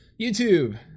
YouTube